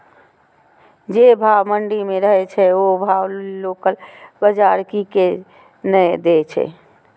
जे भाव मंडी में रहे छै ओ भाव लोकल बजार कीयेक ने दै छै?